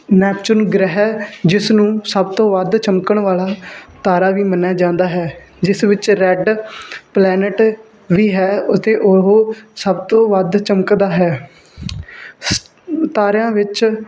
Neptune ਗ੍ਰਹਿ ਜਿਸਨੂੰ ਸਭ ਤੋਂ ਵੱਧ ਚਮਕਣ ਵਾਲਾ ਤਾਰਾ ਵੀ ਮੰਨਿਆ ਜਾਂਦਾ ਹੈ ਜਿਸ ਵਿੱਚ ਰੈਡ ਪਲੈਨਟ ਵੀ ਹੈ ਅਤੇ ਉਹ ਸਭ ਤੋਂ ਵੱਧ ਚਮਕਦਾ ਹੈ ਤਾਰਿਆਂ ਵਿੱਚ